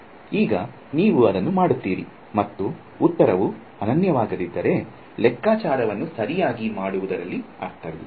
ಈಗ ನೀವು ಅದನ್ನು ಮಾಡುತ್ತೀರಿ ಮತ್ತು ಉತ್ತರವು ಅನನ್ಯವಾಗದಿದ್ದರೆ ಲೆಕ್ಕಾಚಾರವನ್ನು ಸರಿಯಾಗಿ ಮಾಡುವುದರಲ್ಲಿ ಅರ್ಥವಿಲ್ಲ